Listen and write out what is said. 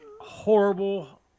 horrible